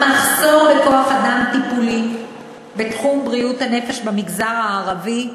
המחסור בכוח-אדם טיפולי בתחום בריאות הנפש במגזר הערבי,